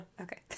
Okay